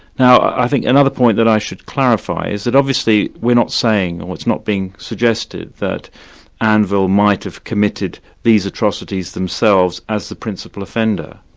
now i think another point that i should clarify is that obviously we're not saying, or it's not been suggested, that anvil might have committed these atrocities themselves as the principal offender.